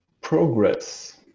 progress